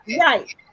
right